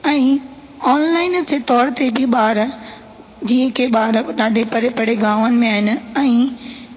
ऐं ऑनलाइन जे तौर ते बि ॿार जीअं ॿार बि ॾाढे परे परे गामनि में आहिनि ऐं